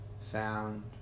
sound